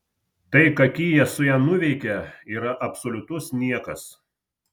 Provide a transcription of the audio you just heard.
tai ką kia su ja nuveikia yra absoliutus niekas